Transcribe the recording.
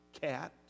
cat